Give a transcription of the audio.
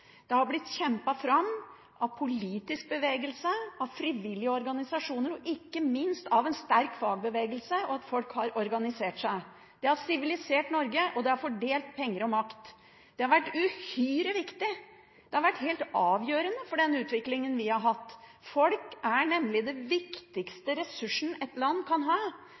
Det har blitt kjempet fram av en politisk bevegelse, av frivillige organisasjoner og ikke minst av en sterk fagbevegelse – at folk har organisert seg. Det har sivilisert Norge, og det har fordelt penger og makt. Det har vært uhyre viktig, det har vært helt avgjørende for den utviklingen vi har hatt. Folk er nemlig den viktigste ressursen et land kan ha.